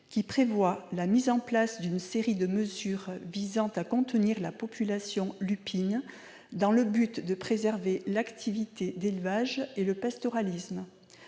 qui prévoit la mise en place d'une série de mesures visant à contenir la population lupine dans le but de préserver l'activité d'élevage et le pastoralisme.